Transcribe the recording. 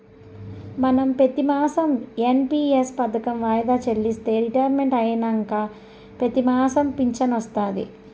మనం పెతిమాసం ఎన్.పి.ఎస్ పదకం వాయిదా చెల్లిస్తే రిటైర్మెంట్ అయినంక పెతిమాసం ఫించనొస్తాది